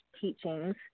teachings